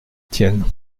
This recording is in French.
tienne